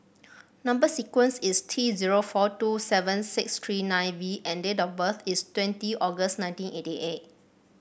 number sequence is T zero four two seven six three nine V and date of birth is twenty August nineteen eighty eight